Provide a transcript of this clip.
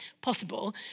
possible